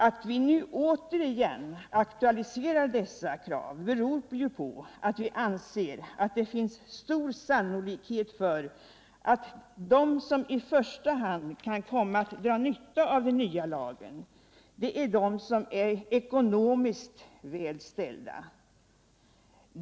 Att vi nu återigen aktualiserar dessa krav beror på att vi anser att det finns stor sannolikhet för att de som i första hand kan komma att dra nytta av den nya lagen är de som är ckonomiskt väl ställda.